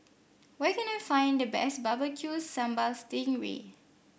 where can I find the best Barbecue Sambal Sting Ray